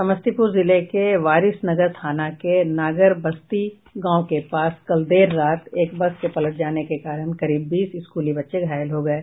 समस्तीपुर जिले के वारिसनगर थाना के नागरबस्ती गाँव के पास कल देर रात एक बस के पलट जाने के कारण करीब बीस स्कूली बच्चे घायल हो गये